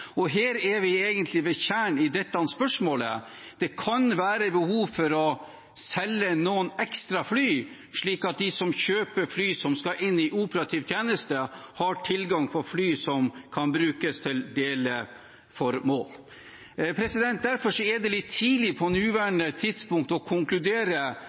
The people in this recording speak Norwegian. Her er vi egentlig ved kjernen i dette spørsmålet. Det kan være behov for å selge noen ekstra fly, slik at de som kjøper fly som skal inn i operativ tjeneste, har tilgang på fly som kan brukes til deleformål. Derfor er det litt tidlig på nåværende tidspunkt å konkludere